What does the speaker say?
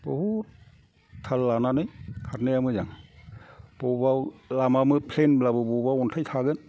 बहुद थाल लानानै खारनाया मोजां बबावबा लामा प्लेनब्लाबो बबावबा अन्थाइ थागोन